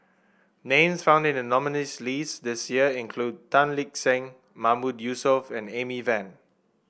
names found in the nominees' list this year include Tan Lip Seng Mahmood Yusof and Amy Van